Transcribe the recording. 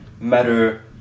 matter